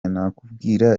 nakubwira